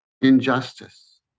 injustice